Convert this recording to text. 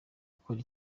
gukora